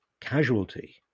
casualty